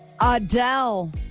Adele